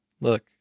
look